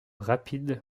rapides